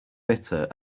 bitter